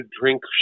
drink